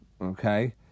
Okay